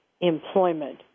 employment